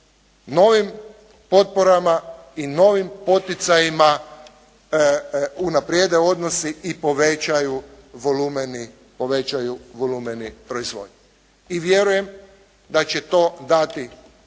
novim potporama i novim poticajima unaprijede odnosi i povećaju volumeni proizvodnje i vjerujem da će to dati